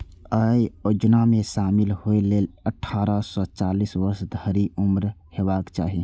अय योजना मे शामिल होइ लेल अट्ठारह सं चालीस वर्ष धरि उम्र हेबाक चाही